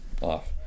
off